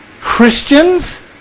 Christians